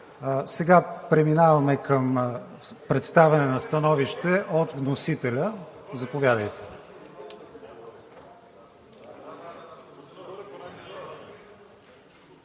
Сега преминаваме към представяне на становище от вносителя. Заповядайте.